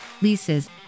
leases